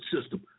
system